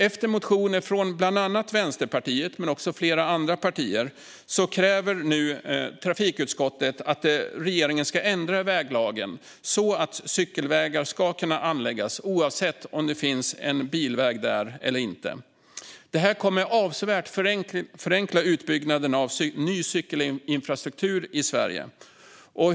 Efter att motioner har väckts av bland annat Vänsterpartiet och flera andra partier kräver nu trafikutskottet att regeringen ska ändra i väglagen så att cykelvägar kan anläggas oavsett om det finns en bilväg där eller inte. Det kommer att avsevärt förenkla utbyggnaden av ny cykelinfrastruktur i Sverige.